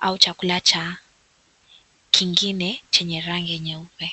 au chakula cha kingine chenye rangi nyeupe .